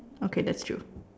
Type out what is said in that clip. okay that's true